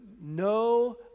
no